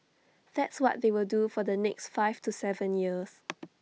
that's what they will do for the next five to Seven years